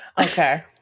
Okay